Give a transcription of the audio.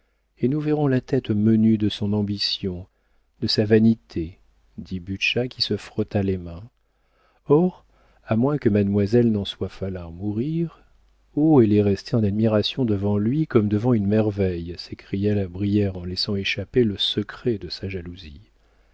et nous verrons la tête menue de son ambition de sa vanité dit butscha qui se frotta les mains or à moins que mademoiselle n'en soit folle à en mourir oh elle est restée en admiration devant lui comme devant une merveille s'écria la brière en laissant échapper le secret de sa jalousie